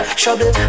trouble